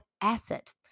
asset